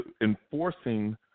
enforcing